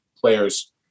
players